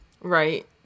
Right